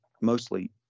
mostly